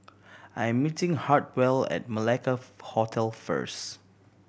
I'm meeting Hartwell at Malacca Hotel first